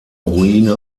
ruine